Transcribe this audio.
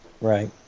Right